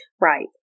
Right